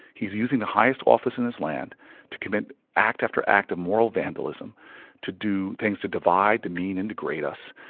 he's using the highest office in this land to commit act after act of moral vandalism to do things to divide, demean and degrade us.